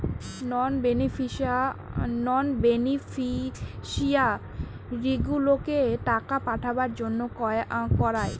নন বেনিফিশিয়ারিগুলোকে টাকা পাঠাবার জন্য করায়